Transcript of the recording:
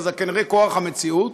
אבל זה כנראה כורח המציאות,